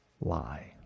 lie